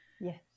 Yes